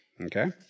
okay